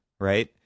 right